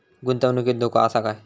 गुंतवणुकीत धोको आसा काय?